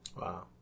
Wow